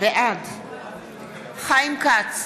בעד חיים כץ,